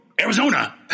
Arizona